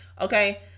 Okay